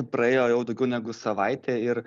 praėjo jau daugiau negu savaitė ir